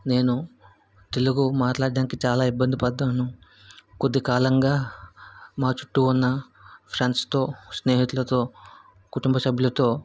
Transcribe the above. నేను తెలుగు మాట్లడడానికి చాలా ఇబ్బంది పడ్డాను కొద్ది కాలంగా మా చుట్టు ఉన్న ఫ్రెండ్స్తో స్నేహితులతో కుటుంబసభ్యులతో